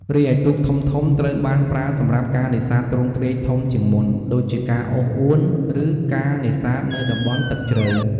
រីឯទូកធំៗ ត្រូវបានប្រើសម្រាប់ការនេសាទទ្រង់ទ្រាយធំជាងមុន ដូចជាការអូសអួន ឬការនេសាទនៅតំបន់ទឹកជ្រៅ។